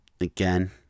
again